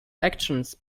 actions